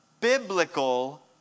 biblical